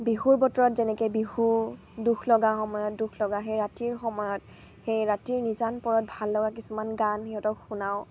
বিহুৰ বতৰত যেনেকে বিহু দুখ লগা সময়ত দুখ লগা সেই ৰাতিৰ সময়ত সেই ৰাতিৰ নিজান পৰত ভাল লগা কিছুমান গান সিহঁতক শুনাওঁ